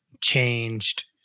changed